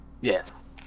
Yes